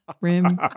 rim